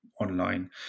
online